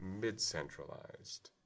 mid-centralized